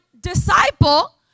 disciple